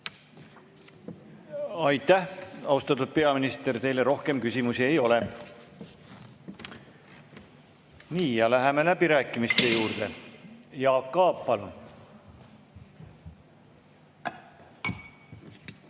Aitäh, austatud peaminister! Teile rohkem küsimusi ei ole. Läheme läbirääkimiste juurde. Jaak Aab,